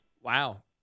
Wow